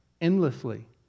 endlessly